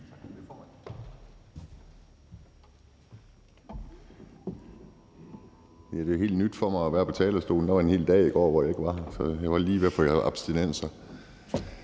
Tak